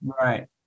Right